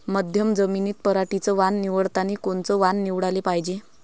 मध्यम जमीनीत पराटीचं वान निवडतानी कोनचं वान निवडाले पायजे?